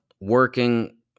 working